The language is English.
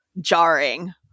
jarring